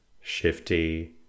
Shifty